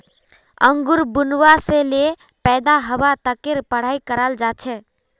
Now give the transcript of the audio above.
अंगूर बुनवा से ले पैदा हवा तकेर पढ़ाई कराल जा छे